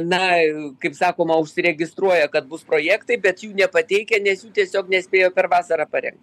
na kaip sakoma užsiregistruoja kad bus projektai bet jų nepateikia nes jų tiesiog nespėjo per vasarą pareng